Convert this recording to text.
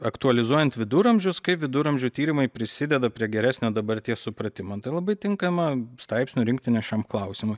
aktualizuojant viduramžius kai viduramžių tyrimai prisideda prie geresnio dabarties supratimo man tai labai tinkama straipsnių rinktinė šiam klausimui